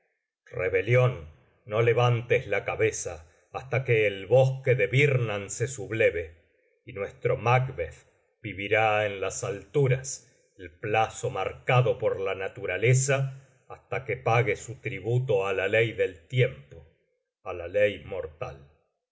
rebelión no levantes la cabeza hasta que el bosque de birnam se subleve y nuestro macbeth vivirá en las alturas el plazo marcado por la naturaleza hasta que pague su tributo á la ley del tiempo á la ley mortal